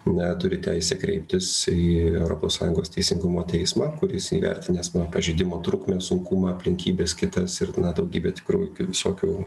net turi teisę kreiptis į europos sąjungos teisingumo teismą kuris įvertinęs pažeidimo trukmę ir sunkumą aplinkybes kitas ir daugybę tikrų visokių